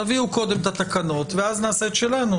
תביאו קודם את התקנות ואז נעשה את שלנו.